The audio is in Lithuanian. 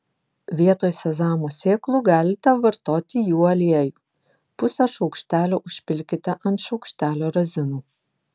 vietoj sezamo sėklų galite vartoti jų aliejų pusę šaukštelio užpilkite ant šaukštelio razinų